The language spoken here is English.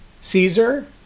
Caesar